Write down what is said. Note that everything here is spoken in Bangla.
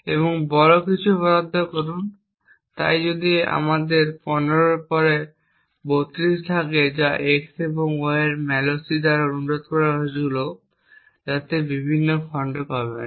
এবং বড় কিছু বরাদ্দ করুন এবং তাই যদি আমাদের 15 এর পরে 32 থাকে যা x এবং y এর malloc দ্বারা অনুরোধ করা হয়েছিল যাতে বিভিন্ন খণ্ড পাবেন